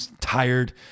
tired